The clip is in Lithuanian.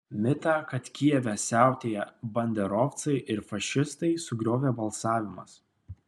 mitą kad kijeve siautėja banderovcai ir fašistai sugriovė balsavimas